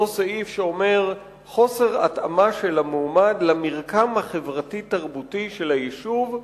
אותו סעיף שאומר: חוסר התאמה של המועמד למרקם החברתי-תרבותי של היישוב,